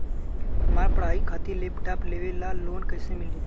हमार पढ़ाई खातिर लैपटाप लेवे ला लोन कैसे मिली?